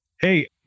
Hey